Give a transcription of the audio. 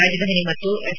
ರಾಜಧಾನಿ ಮತ್ತು ಎಫ್